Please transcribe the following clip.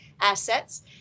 assets